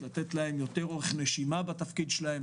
לתת להם יותר אורך נשימה בתפקיד שלהם,